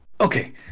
okay